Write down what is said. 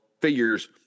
figures